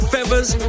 Feathers